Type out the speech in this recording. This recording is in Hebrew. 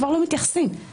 חבר הכנסת רוטמן, בבקשה.